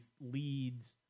leads